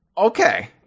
Okay